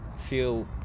feel